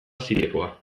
zirinbidekoa